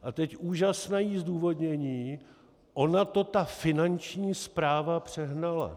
A teď úžasné zdůvodnění: Ona to ta Finanční správa přehnala.